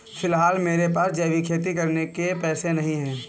फिलहाल मेरे पास जैविक खेती करने के पैसे नहीं हैं